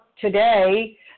today